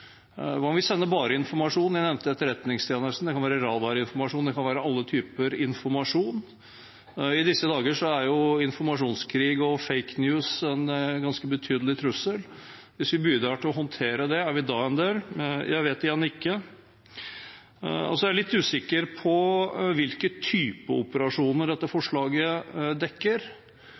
om vi sender bare informasjon? Jeg nevnte etterretningstjenesten. Det kan være radarinformasjon, det kan være alle typer informasjon. I disse dager er jo informasjonskrig og «fake news» en ganske betydelig trussel. Hvis vi bidrar til å håndtere det, er vi da en del? Jeg vet igjen ikke. Så er jeg litt usikker på hvilke typer operasjoner dette forslaget dekker.